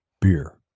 Beer